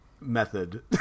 method